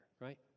right